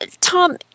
Tom